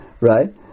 right